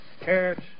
carrots